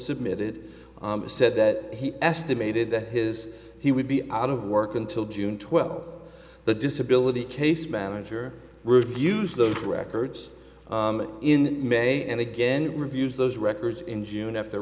submitted said that he estimated that his he would be out of work until june twelfth the disability case manager reviews those records in may and again reviews those records in june after